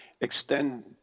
extend